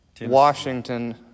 Washington